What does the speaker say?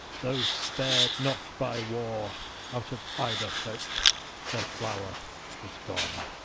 those spared not by war out of either folk their flower was gone.